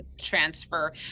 transfer